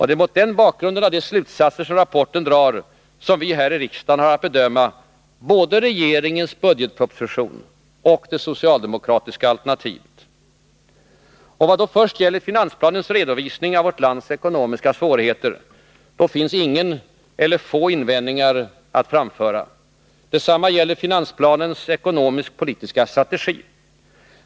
Det är mot bakgrunden av de slutsatser rapporten drar som vi här i riksdagen har att bedöma både regeringens budgetproposition och det socialdemokratiska alternativet. Vad först gäller finansplanens redovisning av vårt lands ekonomiska svårigheter finns ingen eller få invändningar att framföra. Detsamma gäller om finansplanens ekonomisk-politiska strategi.